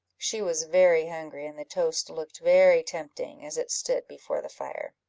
she was very hungry, and the toast looked very tempting, as it stood before the fire.